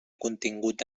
contingut